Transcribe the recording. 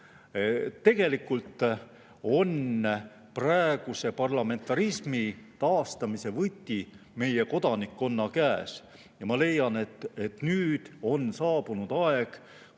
Tegelikult on praeguse parlamentarismi taastamise võti meie kodanikkonna käes ja ma leian, et nüüd on saabunud aeg,